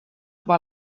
juba